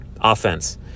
Offense